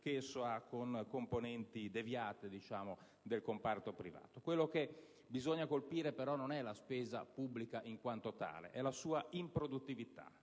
che esso ha con componenti deviate del comparto privato. Ciò che bisogna colpire non è però la spesa pubblica in quanto tale, ma la sua improduttività.